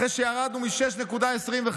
אחרי שירדנו מ-6.25%.